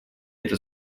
это